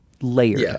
Layered